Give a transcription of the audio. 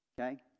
okay